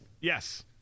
yes